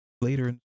later